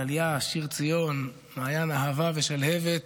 טליה, שיר ציון, מעין אהבה ושלהבת,